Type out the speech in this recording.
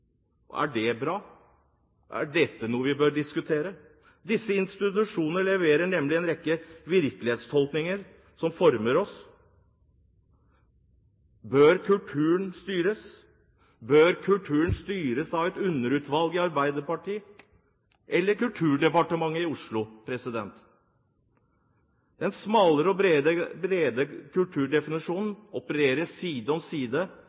Er det bra? Er dette noe vi bør diskutere? Disse institusjonene leverer nemlig en rekke virkelighetstolkninger som former oss. Bør kulturen styres? Bør kulturen styres av et underutvalg i Arbeiderpartiet eller av Kulturdepartementet i Oslo? Den smale og brede kulturdefinisjonen opererer side om side.